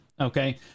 Okay